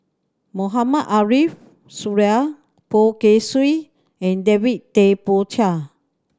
Mohamed Ariff Suradi Poh Kay Swee and David Tay Poey Cher